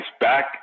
back